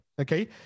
okay